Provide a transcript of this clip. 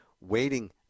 waiting